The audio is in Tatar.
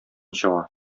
чыга